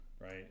Right